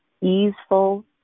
easeful